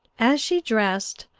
as she dressed,